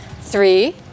Three